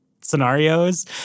scenarios